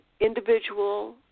individual